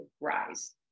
rise